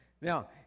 Now